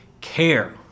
care